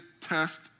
test